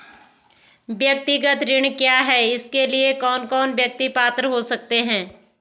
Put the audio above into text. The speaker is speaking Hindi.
व्यक्तिगत ऋण क्या है इसके लिए कौन कौन व्यक्ति पात्र हो सकते हैं?